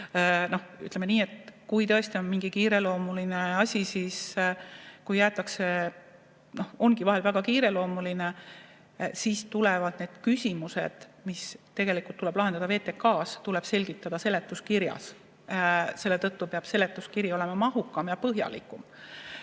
Ütleme nii, et kui tõesti on mingi kiireloomuline asi, vahel ju ongi väga kiireloomuline, siis tuleb neid küsimusi, mis tegelikult tuleks lahendada VTK‑s, selgitada seletuskirjas. Selle tõttu peab seletuskiri olema mahukam ja põhjalikum.